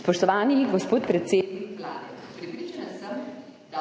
Spoštovani gospod predsednik Vlade, prepričana sem, da